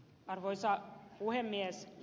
arvoisa puhemies